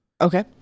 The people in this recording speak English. Okay